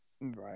Right